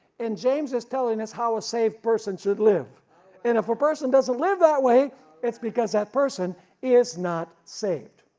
and james is telling us how a saved person should live and if a person doesn't live that way it's because that person is not saved.